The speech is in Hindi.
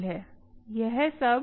अब यह कुछ अनुकूल है